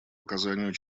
оказанию